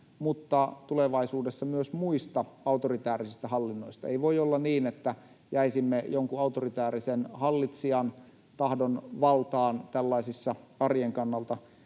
mutta tulevaisuudessa myös muista autoritäärisistä hallinnoista. Ei voi olla niin, että jäisimme jonkun autoritäärisen hallitsijan tahdon valtaan tällaisissa arjen kannalta